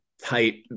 tight